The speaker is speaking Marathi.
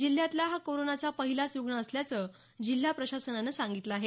जिल्ह्यातला हा कोरोनाचा पहिलाच रुग्ण असल्याच जिल्हा प्रशासनानं सांगितलं आहे